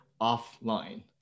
offline